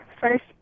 first-